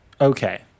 Okay